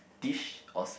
dish or